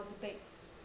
debates